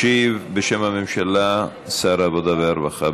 ישיב, בשם הממשלה, שר העבודה והרווחה.